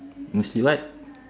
mostly what